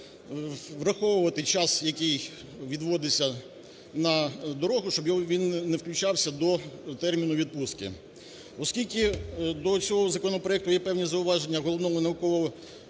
враховувати час, який відводиться на дорогу, щоб він не включався до терміну відпустки. Оскільки до цього законопроекту є певні зауваження у Головного